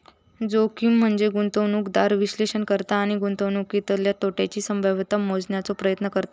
जोखीम म्हनजे गुंतवणूकदार विश्लेषण करता आणि गुंतवणुकीतल्या तोट्याची संभाव्यता मोजण्याचो प्रयत्न करतत